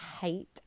hate